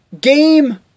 game